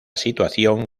situación